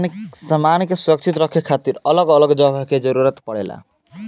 सामान के सुरक्षित रखे खातिर अलग अलग जगह के जरूरत पड़ेला